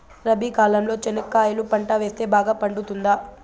రబి కాలంలో చెనక్కాయలు పంట వేస్తే బాగా పండుతుందా?